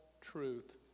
truth